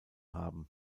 haben